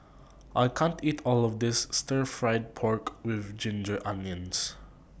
I can't eat All of This Stir Fried Pork with Ginger Onions